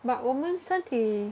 but 我们身体